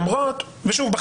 ושוב,